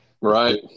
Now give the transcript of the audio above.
right